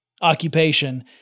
occupation